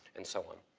and so on.